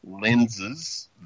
lenses